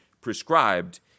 prescribed